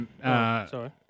Sorry